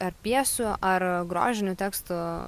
ar pjesių ar grožinių tekstų